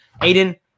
Aiden